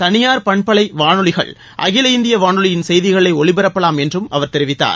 தனியார் பண்பலை வானொாலிகள் அகில இந்திய வானொலியின் செய்திகளை ஒலிபரப்பலாம் என்றும் அவர் தெரிவித்தார்